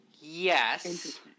Yes